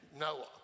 Noah